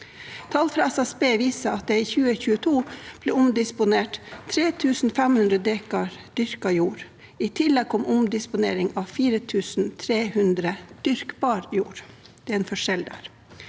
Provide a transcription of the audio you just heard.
Tall fra SSB viser at det i 2022 ble omdisponert 3 500 dekar dyrket jord. I tillegg kom omdisponeringen av 4 300 dekar dyrkbar jord. Det er en forskjell der.